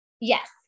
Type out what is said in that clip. Yes